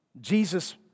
Jesus